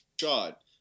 shot